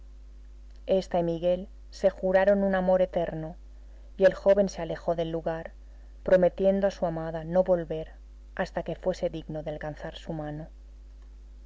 esta y miguel se juraron un amor eterno y el joven se alejó del lugar prometiendo a su amada no volver hasta que fuese digno de alcanzar su mano una